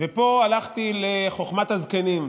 ופה הלכתי לחוכמת הזקנים.